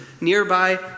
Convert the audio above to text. nearby